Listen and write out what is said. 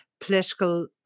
political